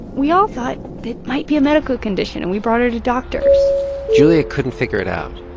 we all thought it might be a medical condition, and we brought her to doctors julia couldn't figure it out.